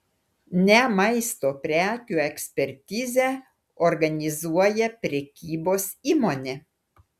ne maisto prekių ekspertizę organizuoja prekybos įmonė